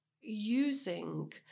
using